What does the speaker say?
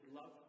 love